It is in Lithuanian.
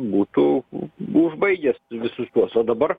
būtų užbaigęs visus tuos o dabar